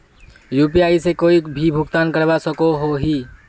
UPI से कोई भी भुगतान करवा सकोहो ही?